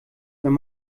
wenn